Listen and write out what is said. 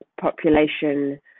population